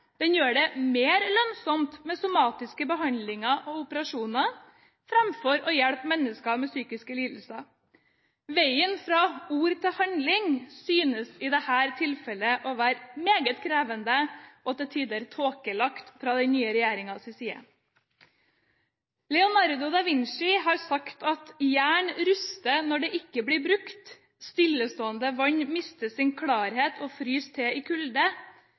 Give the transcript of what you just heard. Den gjør det mer lønnsomt med somatiske behandlinger og operasjoner enn å hjelpe mennesker med psykiske lidelser. Veien fra ord til handling synes i dette tilfellet å være meget krevende og til tider tåkelagt fra den nye regjeringens side. Leonardo da Vinci har sagt: «Jern ruster når det ikke blir brukt, stillestående vann mister sin klarhet og fryser til i